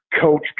coach